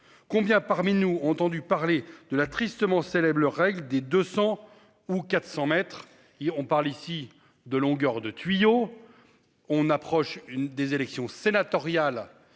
combien parmi nous ont entendu parler de la tristement célèbre règle des 200 ou 400 mètres il on parle ici de longueur de tuyau. On approche une des élections sénatoriales.